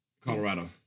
Colorado